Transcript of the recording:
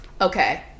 okay